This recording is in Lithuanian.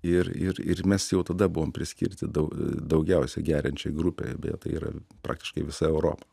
ir ir ir mes jau tada buvom priskirti daug daugiausiai geriančiai grupei beje tai yra praktiškai visa europa